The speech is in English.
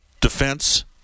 Defense